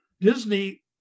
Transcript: Disney